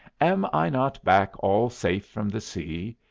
am i not back all safe from the sea?